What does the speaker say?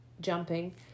jumping